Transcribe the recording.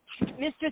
Mr